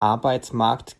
arbeitsmarkt